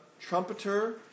trumpeter